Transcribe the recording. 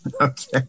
Okay